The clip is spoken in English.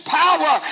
power